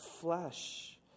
flesh